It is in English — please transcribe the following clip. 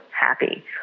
happy